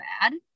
bad